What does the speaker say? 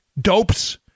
dopes